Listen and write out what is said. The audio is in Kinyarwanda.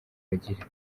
bagira